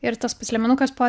ir tas pats liemenukas po